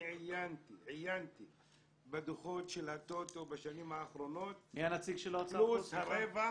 אני עיינתי בדוחות של הטוטו בשנים האחרונות פלוס הרווח